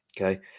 Okay